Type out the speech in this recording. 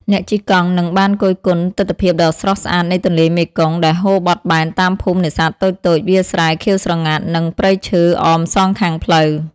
អ្នកជិះកង់នឹងបានគយគន់ទិដ្ឋភាពដ៏ស្រស់ស្អាតនៃទន្លេមេគង្គដែលហូរបត់បែនតាមភូមិនេសាទតូចៗ វាលស្រែខៀវស្រងាត់ និងព្រៃឈើអមសងខាងផ្លូវ។